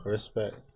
Respect